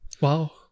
wow